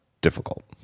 difficult